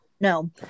No